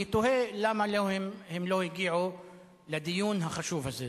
אני תוהה למה הם לא הגיעו לדיון החשוב הזה.